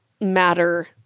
matter